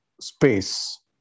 space